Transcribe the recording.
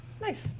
Nice